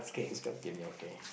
describe the game yeah okay